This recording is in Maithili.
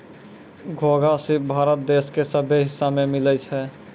घोंघा, सिप भारत देश के सभ्भे हिस्सा में मिलै छै